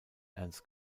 ernst